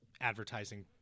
advertising